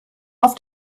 auf